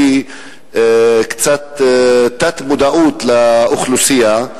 קצת תת-מודעות באוכלוסייה,